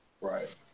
right